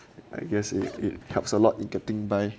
I guess it it helps a lot in getting by